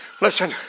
Listen